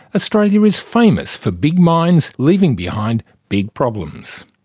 australia is famous for big mines leaving behind big problems.